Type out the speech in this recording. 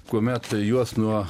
kuomet juos nuo